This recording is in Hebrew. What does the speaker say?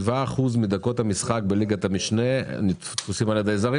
7% מדקות המשחק בליגת המשנה תפוסים על ידי זרים.